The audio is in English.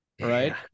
right